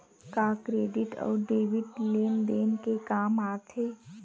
का क्रेडिट अउ डेबिट लेन देन के काम आथे?